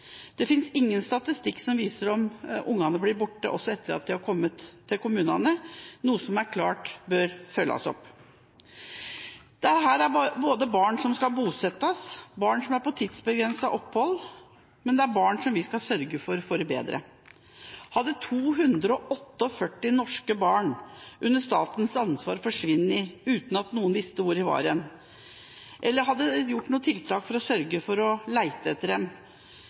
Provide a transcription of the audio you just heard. Det finnes ingen statistikk som viser om ungene blir borte også etter at de er kommet til kommunene, noe som klart bør følges opp. Dette er barn som skal bosettes, barn som er her på tidsbegrenset opphold, men det er barn som vi skal sørge for får det bedre. Hadde 248 norske barn under statens ansvar forsvunnet uten at noen visste hvor de var, eller at vi ikke hadde hatt tiltak for å sørge for å lete etter dem,